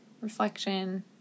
reflection